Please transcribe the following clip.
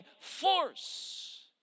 force